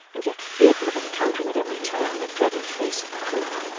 and yet fearful of encountering at every turn the dreaded face of quilp.